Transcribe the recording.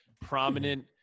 prominent